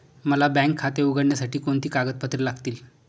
मला बँक खाते उघडण्यासाठी कोणती कागदपत्रे लागतील?